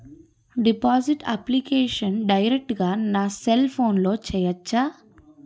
Deposit application direct గా నా cell ఫోన్లో చెయ్యచా?